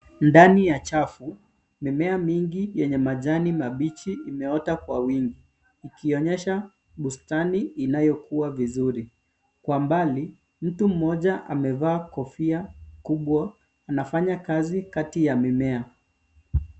Ndani ya chafu, mimea mingi yenye majani mabichi imeota kwa wingi ikionyesha bustani inayokua vizuri. Kwa mbali, mtu mmoja amevaa kofia kubwa, anafanya kazi kati ya mimea.